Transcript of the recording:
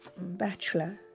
Bachelor